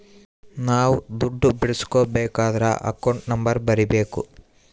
ನಾವ್ ದುಡ್ಡು ಬಿಡ್ಸ್ಕೊಬೇಕದ್ರ ಅಕೌಂಟ್ ನಂಬರ್ ಬರೀಬೇಕು